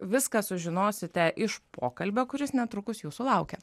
viską sužinosite iš pokalbio kuris netrukus jūsų laukia